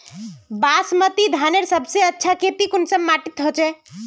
बासमती धानेर सबसे अच्छा खेती कुंसम माटी होचए?